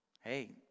Hey